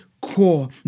core